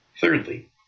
Thirdly